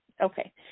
Okay